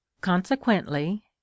consequently